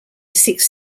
seeks